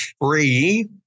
free